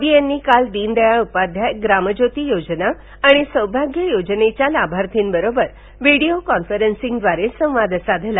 मोदी यांनी काल दीन दयाळ उपाध्याय ग्रामज्योती योजना आणि सौभाग्य योजनेच्या लाभार्थींबरोबर व्हिडिओ कॉन्फरन्सिंगद्वारे संवाद साधला